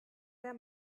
der